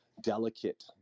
delicate